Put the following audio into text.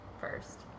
first